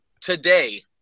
today